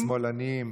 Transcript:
שמאלנים,